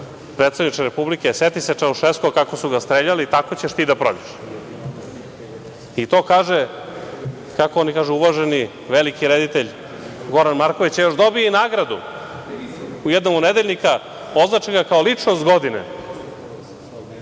predsedniče Republike seti se Čaušeskua kako su ga streljali, tako đeš ti da prođeš. To kaže, kako oni kažu, uvaženi veliki reditelj, Goran Marković i još dobije i nagradu u jednom od nedeljnika, označe ga kao ličnost godine.